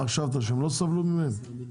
מה חשבת שהם לא סבלו מהם?